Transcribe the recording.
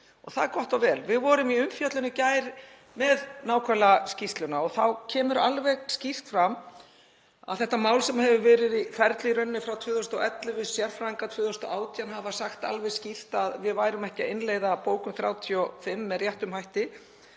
og það er gott og vel. Við vorum í gær með umfjöllun um nákvæmlega skýrsluna. Þá kemur alveg skýrt fram um þetta mál sem hefur verið í ferli í rauninni frá 2011, sérfræðingar 2018 hafa sagt alveg skýrt að við værum ekki að innleiða bókun 35 með réttum hætti,